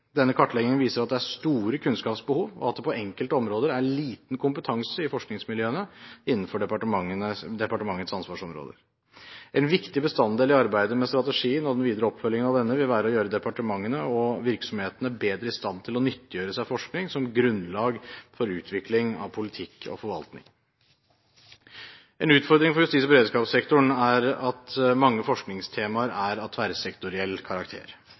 Denne kartleggingen viser at det er store kunnskapsbehov, og at det på enkelte områder er liten kompetanse i forskningsmiljøene innenfor departementets ansvarsområder. En viktig bestanddel i arbeidet med strategien og den videre oppfølgingen av denne vil være å gjøre departementene og virksomhetene bedre i stand til å nyttiggjøre seg forskning som grunnlag for utvikling av politikk og forvaltning. En utfordring for justis- og beredskapssektoren er at mange forskningstemaer er av tverrsektoriell karakter.